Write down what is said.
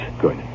Good